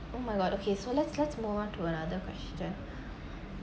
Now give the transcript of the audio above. oh my god okay so let's let's move on to another question